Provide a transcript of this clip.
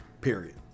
period